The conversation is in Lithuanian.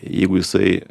jeigu jisai